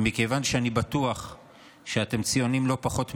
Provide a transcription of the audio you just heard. ומכיוון שאני בטוח שאתם ציונים לא פחות ממני,